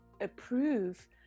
approve